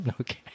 okay